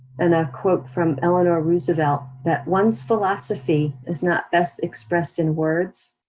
and i quote from eleanor roosevelt, that one's philosophy is not best expressed in words.